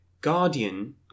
Guardian